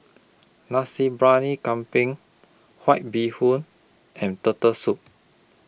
Nasi Briyani Kambing White Bee Hoon and Turtle Soup